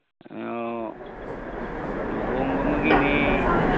ꯑꯣ ꯂꯨꯍꯣꯡꯕ ꯑꯃꯒꯤꯅꯤ